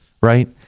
right